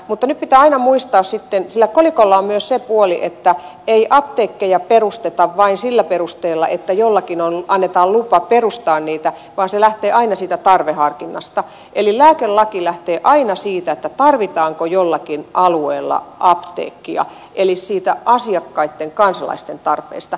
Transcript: mutta nyt pitää aina muistaa sitten että sillä kolikolla on myös se puoli että ei apteekkeja perusteta vain sillä perusteella että jollekin annetaan lupa perustaa niitä vaan se lähtee aina siitä tarveharkinnasta eli lääkelaki lähtee aina siitä tarvitaanko jollakin alueella apteekkia eli siitä asiakkaitten kansalaisten tarpeesta